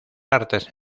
artes